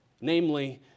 namely